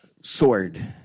sword